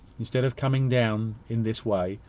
instead of coming down in this way,